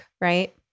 right